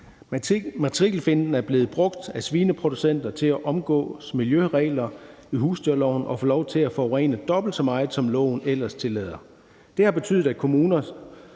Matrikelfinten er blevet brugt af svineproducenter til at omgå miljøregler i husdyrbrugloven til at få lov til at forurene dobbelt så meget, som loven ellers tillader. Det har betydet, at kommuner,